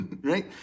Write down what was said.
right